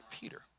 Peter